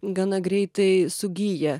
gana greitai sugyja